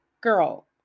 girl